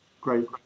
great